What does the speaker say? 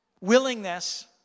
willingness